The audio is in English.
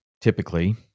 typically